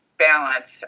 balance